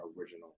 original